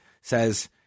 says